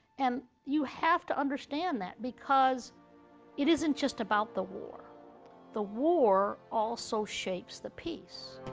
and you have to understand that because it isn't just about the war the war also shapes the peace.